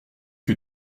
que